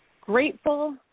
grateful